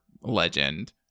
legend